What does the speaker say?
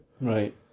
Right